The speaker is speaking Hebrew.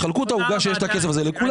תחלקו את העוגה של הכסף הזה לכולם.